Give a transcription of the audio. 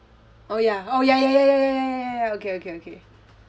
oh ya oh ya ya ya ya ya ya ya okay okay okay